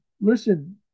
Listen